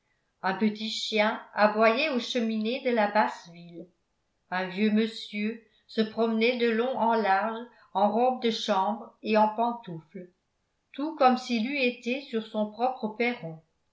un petit chien aboyait aux cheminées de la basse ville un vieux monsieur se promenait de long en large en robe de chambre et en pantoufles tout comme s'il eût été sur son propre perron